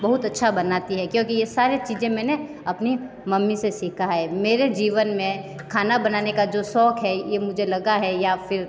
बहुत अच्छा बनाती है क्योंकि ये सारी चीज़ें मैंने अपनी मम्मी से सीखा है मेरे जीवन में खाना बनाने का जो शौक है ये मुझे लगा है या फिर